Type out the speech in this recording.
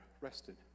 rested